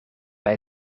bij